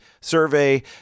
survey